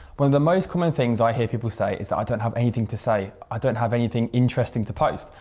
one of the most common things i hear people say is that i don't have anything to say. i don't have anything interesting to post.